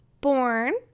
Born